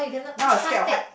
now I scared of height